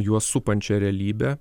juos supančią realybę